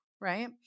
right